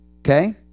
okay